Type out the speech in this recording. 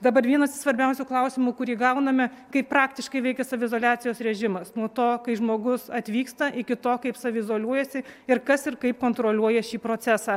dabar vienas svarbiausių klausimų kurį gauname kaip praktiškai veikia saviizoliacijos režimas nuo to kai žmogus atvyksta iki to kaip saviizoliuojasi ir kas ir kaip kontroliuoja šį procesą